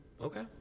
okay